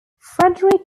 fredrik